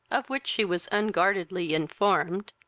of which she was unguardedly informed,